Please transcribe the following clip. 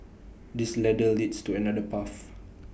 this ladder leads to another path